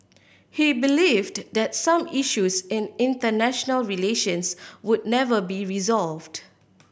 he believed that some issues in international relations would never be resolved